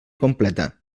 completa